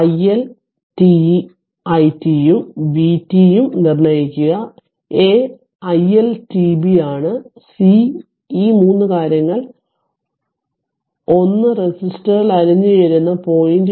I L tit ഉം vt ഉം നിർണ്ണയിക്കുക a i L tb ആണ് സി ഈ 3 കാര്യങ്ങൾ 1 റെസിസ്റ്ററിൽ അലിഞ്ഞുചേരുന്ന 0